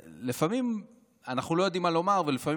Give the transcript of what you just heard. לפעמים אנחנו לא יודעים מה לומר ולפעמים